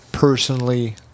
Personally